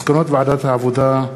מסקנות ועדת העבודה,